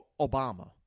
Obama